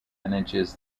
manages